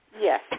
Yes